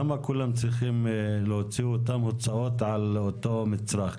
למה כולם צריכים להוציא את אותן הוצאות על אותו מצרך?